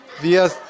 wir